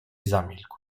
zamilkł